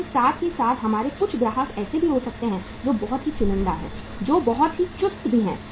लेकिन साथ ही साथ हमारे कुछ ग्राहक ऐसे भी हो सकते हैं जो बहुत ही चुनिंदा हैं जो बहुत ही चुस्त भी हैं